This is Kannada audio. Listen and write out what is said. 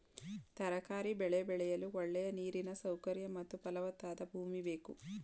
ತರಕಾರಿ ಬೆಳೆ ಬೆಳೆಯಲು ಒಳ್ಳೆಯ ನೀರಿನ ಸೌಕರ್ಯ ಮತ್ತು ಫಲವತ್ತಾದ ಭೂಮಿ ಬೇಕು